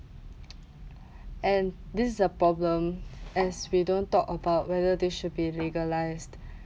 and this is the problem as we don't talk about whether this should be legalised